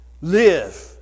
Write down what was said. live